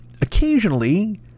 occasionally